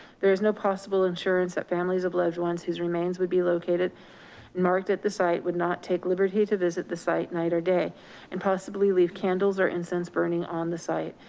there is no possible insurance that families of loved ones whose remains would be located and marked at the site would not take liberty to visit the site night or day and possibly leave candles or incense burning on the site.